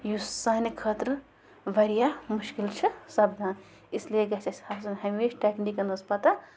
یُس سانہِ خٲطرٕ واریاہ مُشکِل چھِ سَپدان اِسلیے گژھِ اَسہِ آسُن ہمیشہٕ ٹٮ۪کنیٖکَن ہٕنٛز پَتَہ